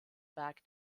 berg